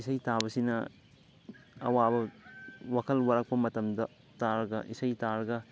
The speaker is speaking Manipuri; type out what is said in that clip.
ꯏꯁꯩ ꯇꯥꯕꯁꯤꯅ ꯑꯋꯥꯕ ꯋꯥꯈꯜ ꯋꯥꯔꯛꯄ ꯃꯇꯝꯗ ꯇꯥꯔꯒ ꯏꯁꯩ ꯇꯥꯔꯒ